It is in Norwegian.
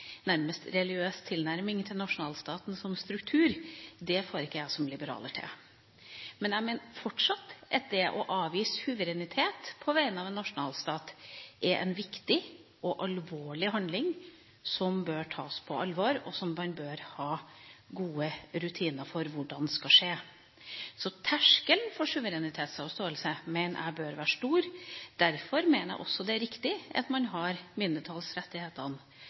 nærmest er en religiøs tilnærming til nasjonalstaten som struktur, får ikke jeg som liberaler til. Men jeg mener fortsatt at det å avgi suverenitet på vegne av en nasjonalstat er en viktig og alvorlig handling som bør tas på alvor, og som man bør ha gode rutiner for hvordan skal skje. Så terskelen for suverenitetsavståelse mener jeg bør være stor. Derfor mener jeg også det er riktig at man har mindretallsrettighetene